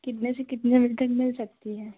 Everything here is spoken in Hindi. कितने से कितने बजे तक मिल सकती है